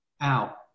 out